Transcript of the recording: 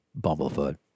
Bumblefoot